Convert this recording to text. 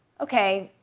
ok,